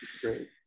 Great